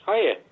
Hiya